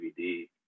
DVD